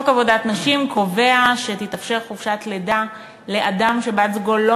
חוק עבודת נשים קובע שתתאפשר חופשת לידה לאדם שבת-זוגו לא